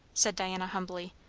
said diana humbly.